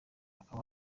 akaba